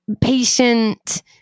patient